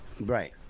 right